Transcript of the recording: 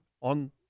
on –